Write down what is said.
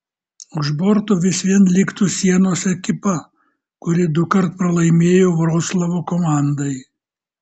už borto vis vien liktų sienos ekipa kuri dukart pralaimėjo vroclavo komandai